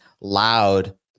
loud